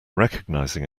recognizing